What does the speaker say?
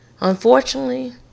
unfortunately